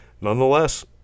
nonetheless